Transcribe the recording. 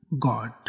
God